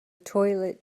toilet